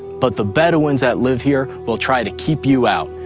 but the bedouins that live here will try to keep you out.